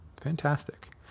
Fantastic